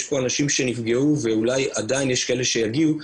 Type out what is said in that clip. יש פה אנשים שנפגעו ואולי עדיין יש כאלה שיגיעו,